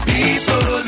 People